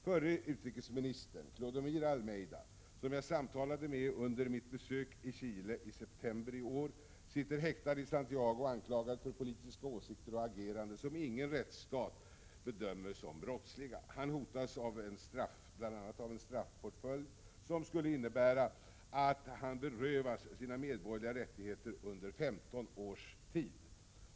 Förre utrikesministern Clodomiro Almeyda, som jag samtalade med under mitt besök i Chile i september i år, sitter häktad i Santiago anklagad för politiska åsikter och sitt agerande, som ingen rättsstat bedömer som brottsligt. Han hotas bl.a. av en straffpåföljd, som skulle innebära att han berövas sina medborgerliga rättigheter under 15 års tid.